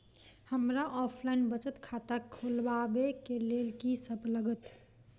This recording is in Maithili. हमरा ऑफलाइन बचत खाता खोलाबै केँ लेल की सब लागत?